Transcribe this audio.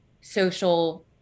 social